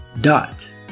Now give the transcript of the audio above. dot